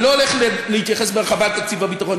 אני לא הולך להתייחס בהרחבה לתקציב הביטחון,